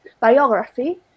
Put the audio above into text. biography